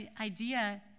idea